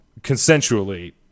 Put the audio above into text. Consensually